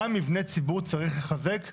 גם מבני ציבור צריך לחזק.